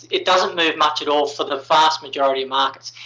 it doesn't move much at all for the vast majority markets.